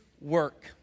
work